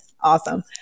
awesome